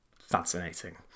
fascinating